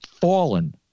fallen